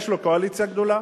יש לו קואליציה גדולה.